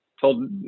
told